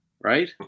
Right